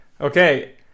Okay